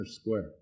square